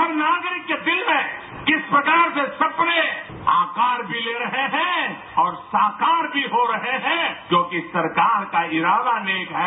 हर नागरिक के दिल में किस प्रकार से सपने आकार भी ले रहे हैं और साकार भी हो रहे हैं क्योंकि सरकार का इरादा नेक है